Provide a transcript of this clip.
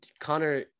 Connor